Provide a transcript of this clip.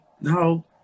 no